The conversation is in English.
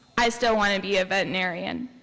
i still wanted to be a veterinarian.